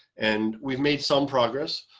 and we've made some progress.